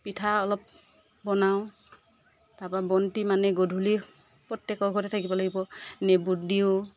পিঠা অলপ বনাওঁ তাৰ পৰা বন্তি মানে গধূলি প্ৰত্যেকৰ ঘৰতে থাকিব লাগিব বুট দিওঁ